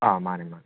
ꯑꯥ ꯃꯥꯅꯦ ꯃꯥꯅꯦ